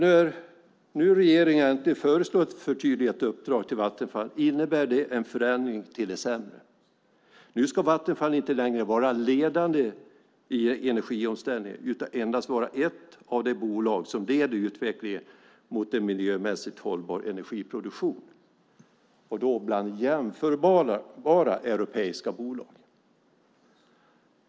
När nu regeringen föreslår ett förtydligat uppdrag för Vattenfall innebär det en förändring till det sämre. Nu ska Vattenfall inte längre vara ledande i energiomställningen utan bara vara ett av de bolag som leder utvecklingen mot en miljömässigt hållbar energiproduktion, alltså bland jämförbara europeiska bolag.